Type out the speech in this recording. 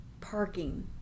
parking